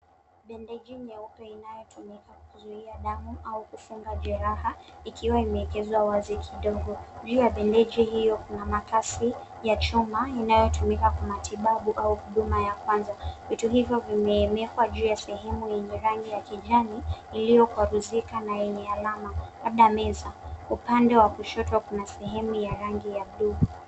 Bandeji nyeupe inayotumika kuzuia damu au kufunga jeraha ikiwa imewekezwa wazi kidogo. Juu ya bandeji hiyo kuna makasi ya chuma inayotumika kwa matibabu au huduma ya kwanza. Vitu hivyo vimewekwa juu ya sehemu yenye rangi ya kijani iliyokwaruzika na yenye alama labda meza upande wa kushoto kuna sehemu ya rangi ya bluu.